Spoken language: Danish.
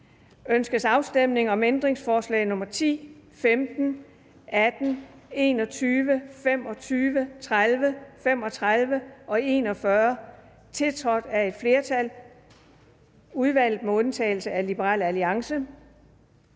Ønskes afstemning om ændringsforslag nr. 10, 15, 18, 21, 25, 30, 35 og 41, tiltrådt af et flertal (udvalget med undtagelse af LA)? De er